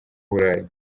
burayi